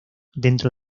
dentro